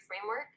framework